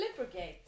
Flippergate